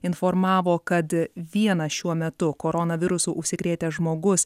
informavo kad vienas šiuo metu koronavirusu užsikrėtęs žmogus